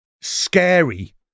scary